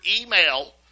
email